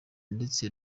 ndetse